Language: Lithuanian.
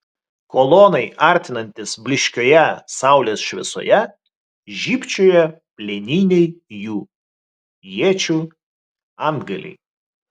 kolonai artinantis blyškioje saulės šviesoje žybčiojo plieniniai jų iečių antgaliai